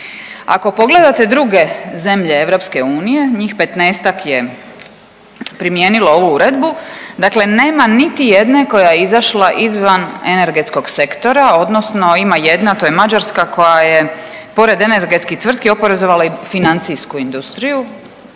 Ako pogledate druge zemlje EU njih petnaestak je primijenilo ovu uredbu. Dakle, nema niti jedne koja je izašla izvan energetskog sektora, odnosno ima jedna to je mađarska koja je pored energetskih tvrtki oporezovala i financijsku industriju.